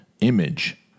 image